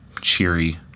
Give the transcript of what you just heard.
cheery